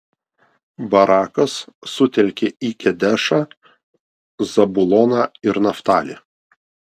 barakas sutelkė į kedešą zabuloną ir naftalį